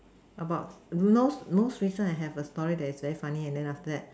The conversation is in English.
about no most recent I have a story that is very funny and after that